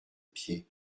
pieds